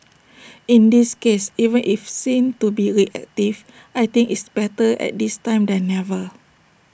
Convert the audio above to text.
in this case even if seen to be reactive I think it's better at this time than never